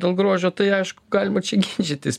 dėl grožio tai aišku galima čia ginčytis